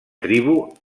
tribu